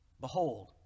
Behold